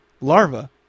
Larva